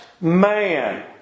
man